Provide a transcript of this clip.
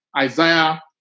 Isaiah